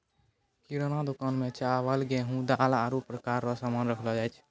किराना दुकान मे चावल, गेहू, दाल, आरु प्रकार रो सामान राखलो जाय छै